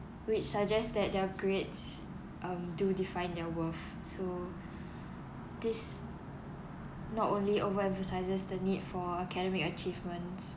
which suggests that their grades um do define their worth so this not only over-emphasises the need for academic achievement